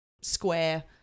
square